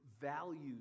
values